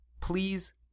Please